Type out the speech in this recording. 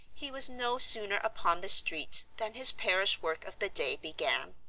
he was no sooner upon the street than his parish work of the day began.